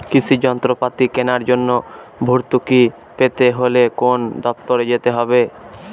কৃষি যন্ত্রপাতি কেনার জন্য ভর্তুকি পেতে হলে কোন দপ্তরে যেতে হবে?